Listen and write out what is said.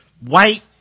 white